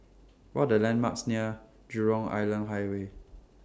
What Are The landmarks near Jurong Island Highway